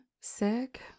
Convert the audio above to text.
sick